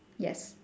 yes